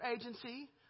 agency